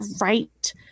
right